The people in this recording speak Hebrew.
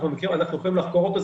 אנחנו יכולים לחקור אותו,